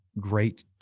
great